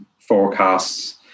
forecasts